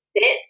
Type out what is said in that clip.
sit